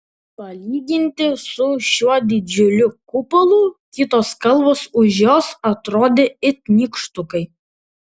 palyginti su šiuo didžiuliu kupolu kitos kalvos už jos atrodė it nykštukai